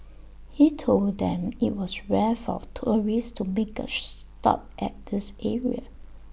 he told them IT was rare for tourists to make A stop at this area